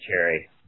cherry